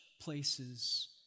places